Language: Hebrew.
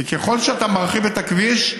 כי ככל שאתה מרחיב את הכביש,